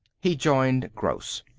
he joined gross.